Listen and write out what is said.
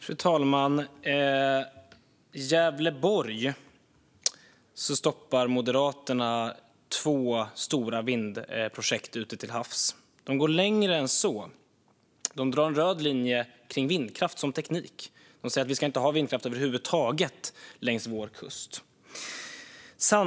Fru talman! I Gävleborg stoppar Moderaterna två stora vindkraftsprojekt ute till havs. De går längre än så; de drar en röd linje kring vindkraft som teknik. Vi ska inte ha vindkraft över huvud taget längs vår kust, säger de.